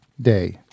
day